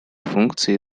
функции